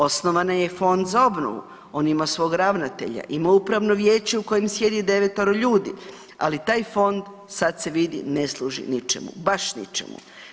Osnovan je Fond za obnovu, on ima svog ravnatelja, ima upravo vijeće u kojem sjedi devetoro ljudi, ali taj fond sad se vidi ne služi ničemu, baš ničemu.